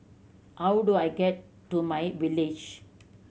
how do I get to my Village